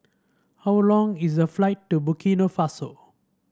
how long is the flight to Burkina Faso